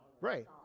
Right